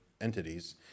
entities –